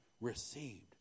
received